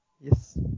Yes